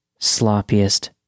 sloppiest